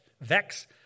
vex